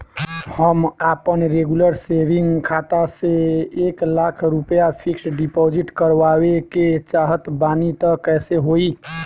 हम आपन regular saving खाता से एक लाख रुपया फिक्स डिपॉज़िट करवावे के चाहत बानी त कैसे होई?